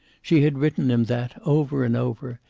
she had written him that, over and over,